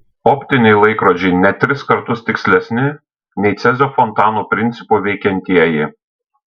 optiniai laikrodžiai net tris kartus tikslesni nei cezio fontanų principu veikiantieji